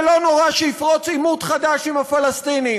ולא נורא שיפרוץ עימות חדש עם הפלסטינים.